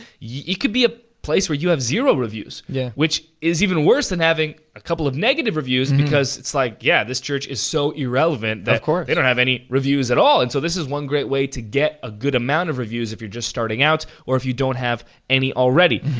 it could be a place where you have zero reviews yeah which is even worse than having a couple of negative reviews and because it's like, yeah, this church is so irrelevant that they don't have any reviews at all. and so this is one great way to get a good amount of reviews if you're just starting out or if you don't have any already.